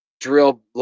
drill